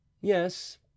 Yes